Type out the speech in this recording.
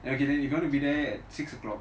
okay then you are gonna be there at six o'clock